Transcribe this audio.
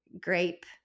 grape